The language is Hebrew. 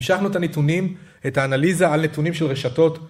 ‫המשכנו את הנתונים, ‫את האנליזה על נתונים של רשתות.